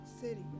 city